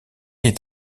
est